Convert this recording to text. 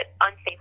unsafe